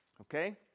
Okay